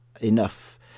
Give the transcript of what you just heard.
enough